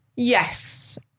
Yes